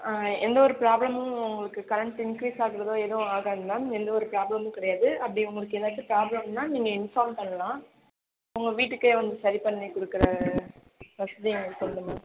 எந்த ஒரு ப்ராப்ளமும் உங்களுக்கு கரண்ட் இன்க்ரீஸ் ஆகுறதும் எதுவும் ஆகாது மேம் எந்தவொரு ப்ராப்ளமும் கிடையாது அப்படி உங்களுக்கு ஏதாச்சும் ப்ராப்ளம்னா நீங்கள் இன்ஃபார்ம் பண்ணலாம் உங்கள் வீட்டுக்கே வந்து சரி பண்ணி கொடுக்கற வசதியும் அதுக்கு தகுந்த மாதிரி